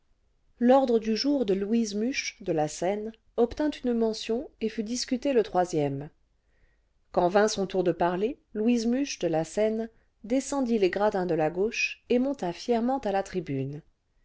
l'ordre du jour cle louise muche cle la seine obtint une mention et fut discuté le troisième quand vint son tour de parler louise muche de la seine descendit les gradins de la gauche et monta fièrement à la tribune